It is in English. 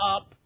up